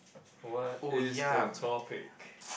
what is the topic